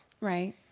Right